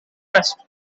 trust